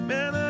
Man